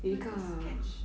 哪一个 sketch